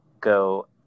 go